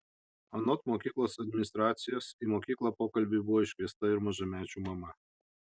anot mokyklos administracijos į mokyklą pokalbiui buvo iškviesta ir mažamečių mama